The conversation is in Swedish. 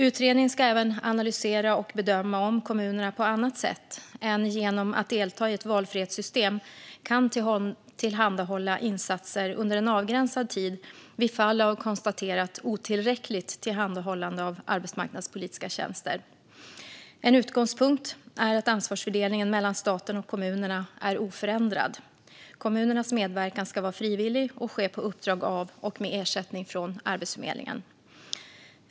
Utredningen ska även analysera och bedöma om kommuner på annat sätt än genom att delta i ett valfrihetssystem kan tillhandahålla insatser under en avgränsad tid vid fall av konstaterat otillräckligt tillhandahållande av arbetsmarknadspolitiska tjänster. En utgångspunkt är att ansvarsfördelningen mellan staten och kommunerna är oförändrad. Kommunernas medverkan ska vara frivillig och ske på uppdrag av och med ersättning från Arbetsförmedlingen.